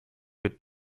wird